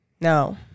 No